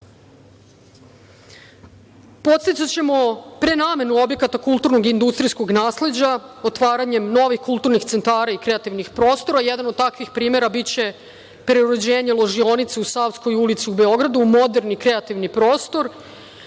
rešiti. Podsticaćemo prenamenu objekata kulturnog i industrijskog nasleđa otvaranjem novih kulturnih centara i kreativnih prostora. Jedan od takvih primera biće i preuređenje ložionice u Savskoj ulici u Beogradu u moderni kreativni prostor. Moramo